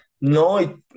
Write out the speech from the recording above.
No